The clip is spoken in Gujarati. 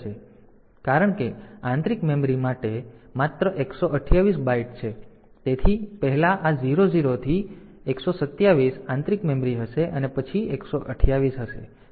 તેથી કારણ કે આંતરિક મેમરી માટે માત્ર 128 બાઇટ્સ છે તેથી પહેલા આ 00 થી 127 તે આંતરિક મેમરી હશે અને પછી 128 હશે